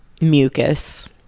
mucus